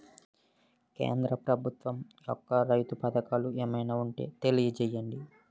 కేంద్ర ప్రభుత్వం యెక్క రైతు పథకాలు ఏమైనా ఉంటే తెలియజేయండి?